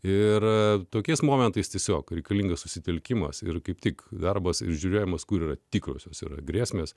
ir tokiais momentais tiesiog reikalingas susitelkimas ir kaip tik darbas ir žiūrėjimas kur yra tikrosios grėsmės